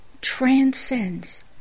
transcends